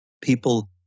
people